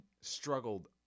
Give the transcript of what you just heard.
struggled